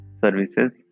services